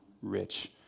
rich